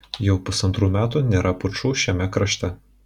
jau pusantrų metų nėra pučų šiame krašte